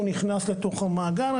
הוא נכנס לתוך המאגר.